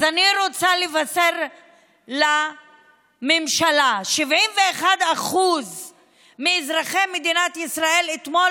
אז אני רוצה לבשר לממשלה: 71% מאזרחי מדינת ישראל אתמול